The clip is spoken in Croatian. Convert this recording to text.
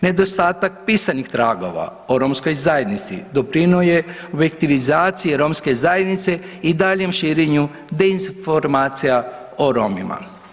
Nedostatak pisanih tragova o romskoj zajednici doprinio je objektivizaciji romske zajednice i daljnjem širenju dezinformacija o Romima.